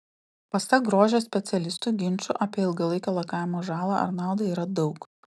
pasak grožio specialistų ginčų apie ilgalaikio lakavimo žalą ar naudą yra daug